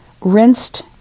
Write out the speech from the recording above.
rinsed